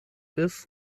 bis